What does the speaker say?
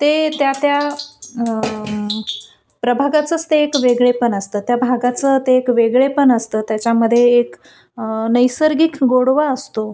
ते त्या त्या प्रभागाचंच ते एक वेगळेपण असतं त्या भागाचं ते एक वेगळेपण असतं त्याच्यामध्ये एक नैसर्गिक गोडवा असतो